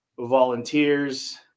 Volunteers